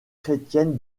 chrétienne